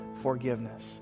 forgiveness